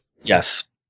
Yes